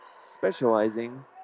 specializing